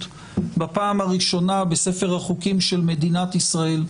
בפעם הראשונה בספר החוקים של מדינת ישראל.